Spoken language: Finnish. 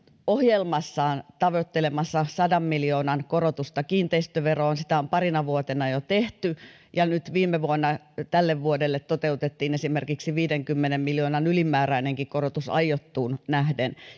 ohjelmassaan tavoittelemassa sadan miljoonan korotusta kiinteistöveroon sitä on parina vuotena jo tehty ja nyt viime vuonna tälle vuodelle toteutettiin esimerkiksi viidenkymmenen miljoonan ylimääräinenkin korotus aiottuun nähden